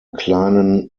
kleinen